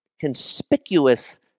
conspicuous